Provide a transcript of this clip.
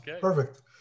perfect